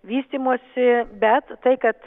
vystymosi bet tai kad